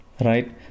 right